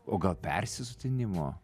o gal persisotinimo